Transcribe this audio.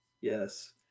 Yes